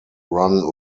run